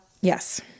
Yes